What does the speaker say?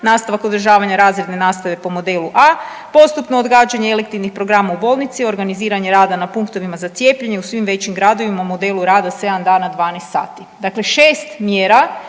nastavak održavanja razredne nastave po modelu A, postupno odgađanje elektivnih programa u bolnici, organiziranje rada na punktovima za cijepljenje u svim većim gradovima modelu rada sedam dana 12 sati. Dakle šest mjera